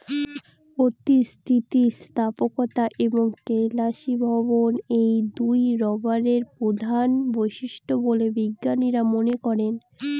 অতি স্থিতিস্থাপকতা এবং কেলাসীভবন এই দুইই রবারের প্রধান বৈশিষ্ট্য বলে বিজ্ঞানীরা মনে করেন